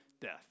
death